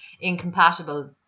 incompatible